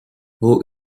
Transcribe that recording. who